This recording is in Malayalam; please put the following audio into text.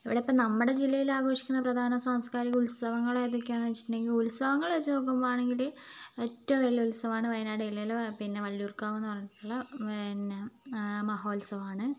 ഇവിടെ ഇപ്പോൾ നമ്മുടെ ജില്ലയിൽ ആഘോഷിക്കുന്ന പ്രധാന സാംസ്കാരിക ഉത്സവങ്ങൾ ഏതൊക്കയാണെന്ന് വച്ചിട്ടുണ്ടെങ്കിൽ ഉത്സവങ്ങളെ വച്ച് നോക്കുമ്പോൾ ആണെങ്കിൾ ഏറ്റവും വലിയ ഉത്സവമാണ് വയനാട് ജില്ലയിലെ പിന്നെ വള്ളിയൂർക്കാവ് എന്നു പറഞ്ഞിട്ടുള്ള പിന്നെ മഹോത്സവമാണ്